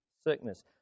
sickness